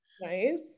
nice